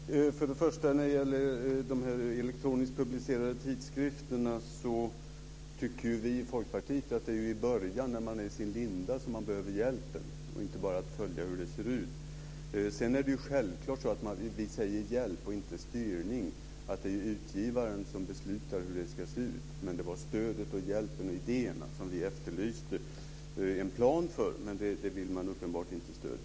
Fru talman! För det första tycker vi i Folkpartiet beträffande de elektroniskt publicerade tidskrifterna att det är i början, när man är sin linda, som man behöver hjälpen. Det går inte att bara följa hur det ser ut. Sedan är det självklart så att vi talar om hjälp och inte om styrning. Det är utgivaren som beslutar hur det ska se ut. Det var stödet, hjälpen och idéerna som vi efterlyste en plan för, men det vill man uppenbart inte stödja.